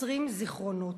אוצרים זיכרונות.